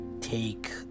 take